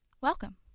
Welcome